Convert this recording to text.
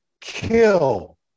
kill